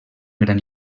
gran